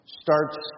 starts